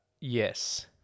Yes